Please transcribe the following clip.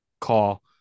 call